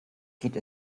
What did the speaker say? geht